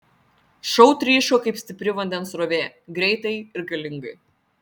šou tryško kaip stipri vandens srovė greitai ir galingai